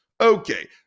Okay